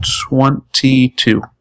Twenty-two